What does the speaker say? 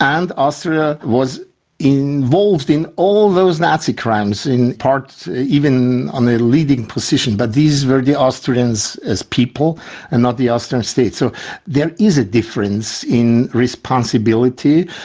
and austria was involved in all of those nazi crimes, in parts even on a leading position, but these were the austrians as people and not the austrian state. so there is a difference in responsibility,